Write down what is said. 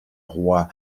rois